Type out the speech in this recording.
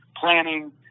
planning